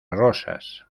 rosas